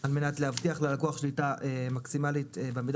על מנת להבטיח ללקוח שליטה מקסימלית במידע